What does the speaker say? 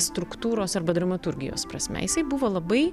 struktūros arba dramaturgijos prasme jisai buvo labai